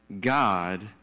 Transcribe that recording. god